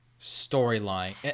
storyline